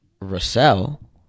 Russell